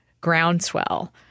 groundswell